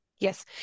Yes